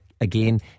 again